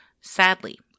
Sadly